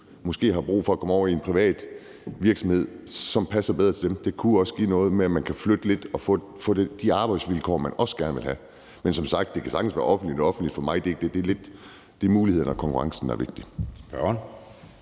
system, kunne komme over i en privat virksomhed, som passer bedre til dem. Det kunne også give noget, at man kan flytte og få de arbejdsvilkår, man også gerne vil have. Men som sagt kan det sagtens være det offentlige for mig. Det er mulighederne og konkurrencen, der er vigtigt.